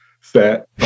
set